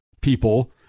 people